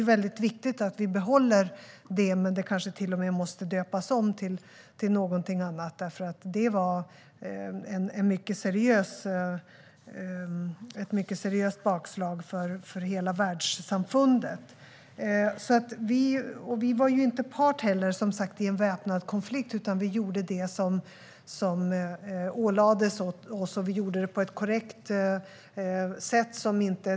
Det är viktigt att vi behåller tanken bakom det konceptet. Men det måste kanske till och med döpas om. Det var nämligen ett mycket allvarligt bakslag för hela världssamfundet. Vi var som sagt inte en part i en väpnad konflikt. Vi gjorde det som ålades oss, och vi gjorde det på ett korrekt sätt.